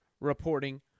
reporting